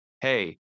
Hey